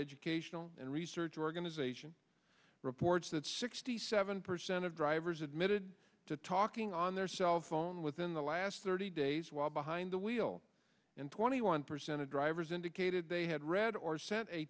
educational and research organization reports that sixty seven percent of drivers admitted to talking on their cell phone within the last thirty days while behind the wheel and twenty one percent of drivers indicated they had read or sent a